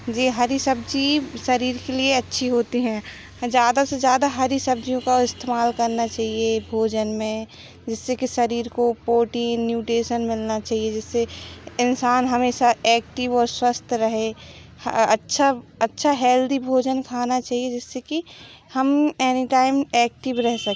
यह हरी सब्ज़ी शरीर के लिए अच्छी होती है ज़्यादा से ज़्यादा हरी सब्ज़ियों का इस्तेमाल करना चाहिए भोजन में जिससे कि शरीर को पोटीन न्यूटेसन मिलना चाहिए जिससे इंसान हमेशा ऐक्टिव और स्वस्थ रहे अच्छा अच्छा हेल्थी भोजन खाना चाहिए जिससे कि हम एनी टाइम ऐक्टिव रह सकें